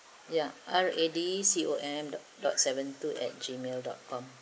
ya R A D C O M dot seven two at gmail dot com